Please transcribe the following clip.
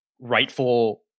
rightful